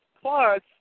Plus